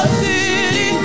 city